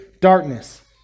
darkness